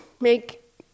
make